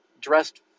dressed